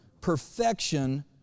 perfection